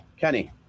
kenny